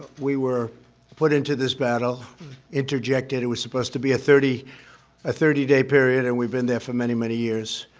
we were put into this battle interjected. it was supposed to be a thirty a thirty day period. and we've been there for many, many years.